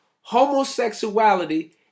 homosexuality